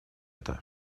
это